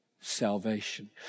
salvation